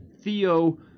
Theo